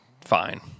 fine